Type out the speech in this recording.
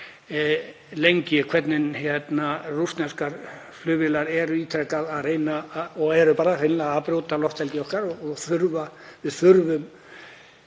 lengi að rússneskar flugvélar eru ítrekað að reyna og eru bara hreinlega að brjóta lofthelgi okkar og við þurfum